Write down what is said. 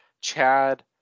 Chad